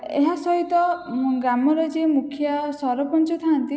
ଏହା ସହିତ ଗ୍ରାମରେ ଯେ ମୁଖିଆ ସରପଞ୍ଚ ଥାଆନ୍ତି